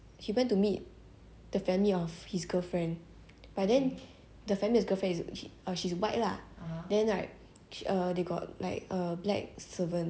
the family of the girlfriend is orh she is white lah then like err they got like err black servants and then but then the black servants they very col~ like very colonised lah